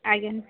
ଆଜ୍ଞା